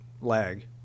lag